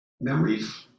memories